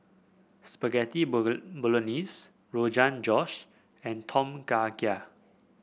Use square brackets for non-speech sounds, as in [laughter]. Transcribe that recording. Spaghetti [unintelligible] Bolognese Rogan Josh and Tom Kha Gai